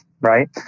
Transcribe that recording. right